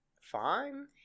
fine